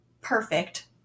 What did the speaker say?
perfect